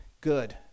good